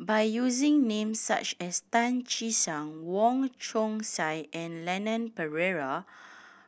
by using names such as Tan Che Sang Wong Chong Sai and Leon Perera